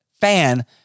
fan